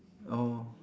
oh